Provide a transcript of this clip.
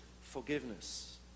forgiveness